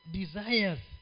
desires